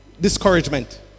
discouragement